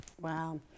Wow